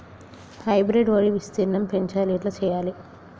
Hybrid వరి విస్తీర్ణం పెంచాలి ఎట్ల చెయ్యాలి?